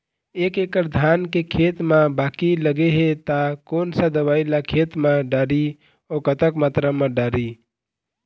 एक एकड़ धान के खेत मा बाकी लगे हे ता कोन सा दवई ला खेत मा डारी अऊ कतक मात्रा मा दारी?